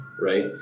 Right